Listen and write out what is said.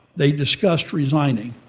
they discussed resigning,